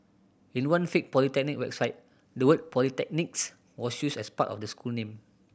in one fake polytechnic website the word Polytechnics was used as part of the school name